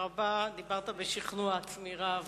דיברת בשכנוע עצמי רב.